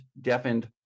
deafened